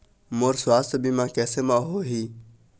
मोर सुवास्थ बीमा कैसे म होही?